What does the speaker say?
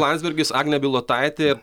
landsbergis agnė bilotaitė